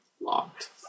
locked